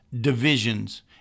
divisions